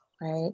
right